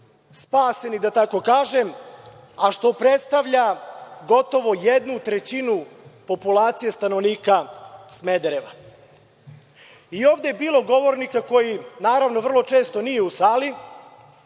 spaseni da tako kažem, a što predstavlja gotovo 1/3 populacije stanovnika Smedereva. Ovde je bilo govornika koji naravno vrlo često nije u sali.